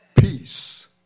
peace